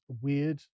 weird